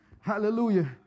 Hallelujah